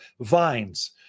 vines